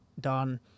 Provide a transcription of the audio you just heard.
done